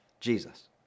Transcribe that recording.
Jesus